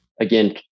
again